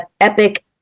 epic